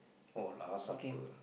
oh lah supper